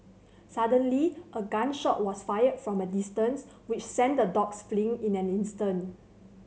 suddenly a gun shot was fired from a distance which sent the dogs fleeing in an instant